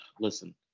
listen